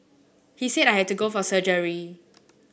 he said I had to go for surgery